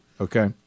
Okay